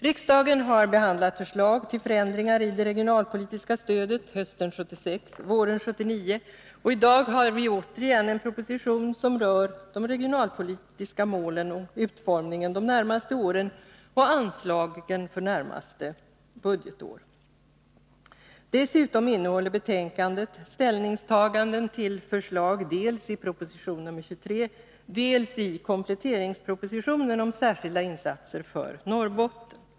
Riksdagen har behandlat förslag till förändringar i det regionalpolitiska stödet hösten 1976 och våren 1979, och i dag har vi återigen en proposition som rör regionalpolitikens mål och utformning de närmaste åren och anslagen för nästa budgetår. Dessutom innehåller detta betänkande ställningstaganden till förslag dels i proposition 23, dels i kompletteringspropositionen om särskilda insatser för Norrbotten.